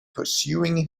pursuing